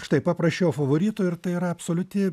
štai paprašiau favorito ir tai yra absoliuti